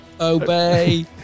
Obey